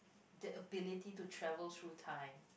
the ability to travel through time